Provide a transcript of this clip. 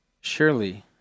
surely